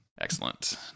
Excellent